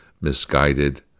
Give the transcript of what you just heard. misguided